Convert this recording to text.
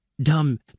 Dumb